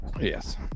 Yes